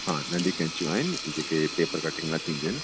हा नंढी कैंचियूं आहिनि जेके पेपर कटिंग लाइ थींदी उन